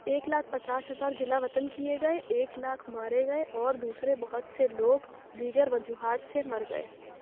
ایک لاکھ پچاس ہزار جلا وطن کیے گئے ایک لاکھ مارے گئے اور دوسرے بہت سے لوگ دیگر وجوہات سے مر گئے